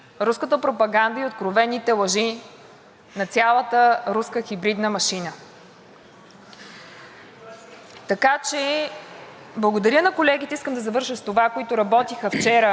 машина. Благодаря на колегите, искам да завърша с това, които работиха вчера в почивката, която дадохме на Комисията, и успяхме да постигнем този обединен текст,